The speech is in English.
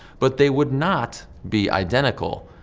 but they would not be identical,